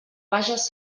vages